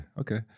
Okay